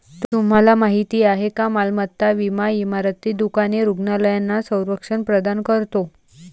तुम्हाला माहिती आहे का मालमत्ता विमा इमारती, दुकाने, रुग्णालयांना संरक्षण प्रदान करतो